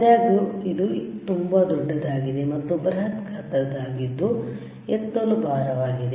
ಆದಾಗ್ಯೂ ಇದು ಎಡ ತುಂಬಾ ದೊಡ್ಡದಾಗಿದೆ ಮತ್ತು ಬೃಹತ್ ಗಾತ್ರ ದಾಗಿದ್ದು ಎತ್ತಲು ಭಾರವಾಗಿದೆ